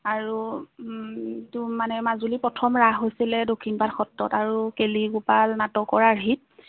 আৰু তো মানে মাজুলীত প্ৰথম ৰাস হৈছিলে দক্ষিণপাট সত্ৰত আৰু কেলিগোপাল নাটকৰ আৰ্হিত